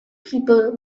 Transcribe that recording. people